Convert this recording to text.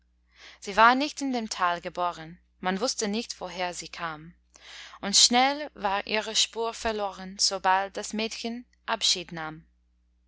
sie war nicht in dem tal geboren man wußte nicht woher sie kam und schnell war ihre spur verloren sobald das mädchen abschied nahm